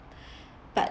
but